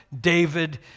David